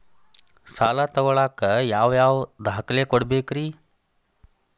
ಸಾಲ ತೊಗೋಳಾಕ್ ಯಾವ ಯಾವ ದಾಖಲೆ ಕೊಡಬೇಕ್ರಿ?